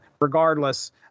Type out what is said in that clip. regardless